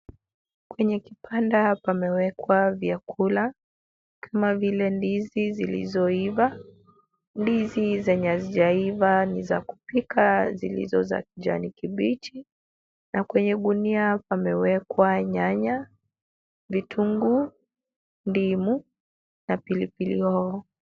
Kwenye kibanda pamewekwa vyakula kama vile ndizi zilizoiva, ndizi zenye hazijaiva ni za kupika zilizo za kijani kibichi na kwenye gunia pamewekwa nyanya, vitunguu, ndimu na pilipili hoho.